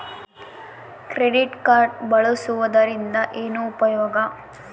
Credit card ಬಳಸುವದರಿಂದ ಏನು ಉಪಯೋಗ?